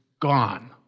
gone